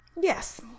Yes